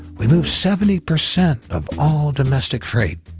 we move seventy percent of all domestic freight.